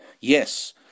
yes